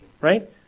right